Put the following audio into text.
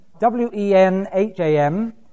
w-e-n-h-a-m